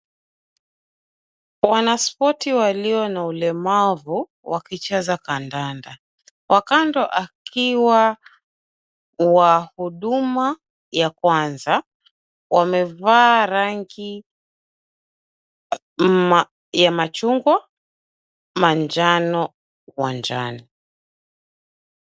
Wanaspoti walio na ulemavu wakicheza kandanda. Wa kando akiwa wa huduma ya kwanza wamevaa rangi ya machungwa, manjano uwanjani.